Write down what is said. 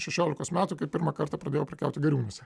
šešiolikos metų kai pirmą kartą pradėjau prekiauti gariūnuose